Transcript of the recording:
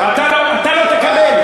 אתה לא תקבל.